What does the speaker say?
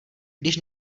když